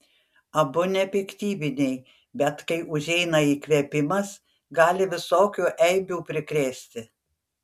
abu nepiktybiniai bet kai užeina įkvėpimas gali visokių eibių prikrėsti